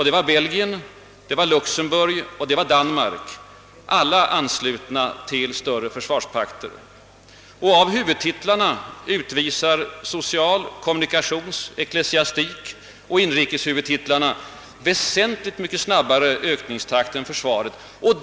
Det var Belgien, Luxemburg och Danmark — alla anslutna till större försvarspakter. Och av huvudtitlarna utvisar social-, kommunikations-, ecklesiastikoch inrikeshuvudtitlarna väsentligt snabbare ökningstakt än försvarshuvudtiteln.